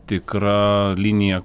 tikra linija